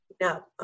Now